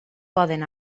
poden